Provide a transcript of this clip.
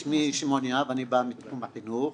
שמי שמעון יהב, אני בא מתחום החינוך,